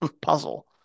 puzzle